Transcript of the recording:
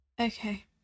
okay